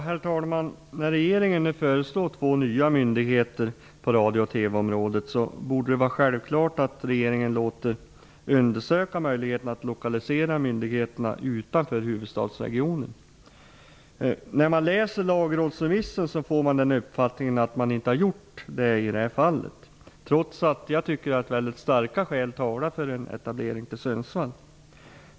Herr talman! När regeringen nu föreslår två nya myndigheter på radio och TV-området borde det vara självklart att regeringen låter undersöka möjligheterna att lokalisera dessa myndigheter utanför huvudstadsregionen. När man läser lagrådsremissen får man den uppfattningen att regeringen inte har gjort en sådan undersökning i det här fallet, trots att väldigt starka skäl talar för en etablering i Sundsvall, enligt min mening.